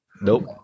Nope